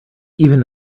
even